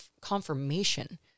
confirmation